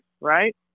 right